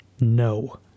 No